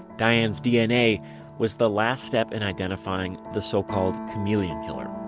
diane's dna was the last step in identifying the so-called chameleon killer.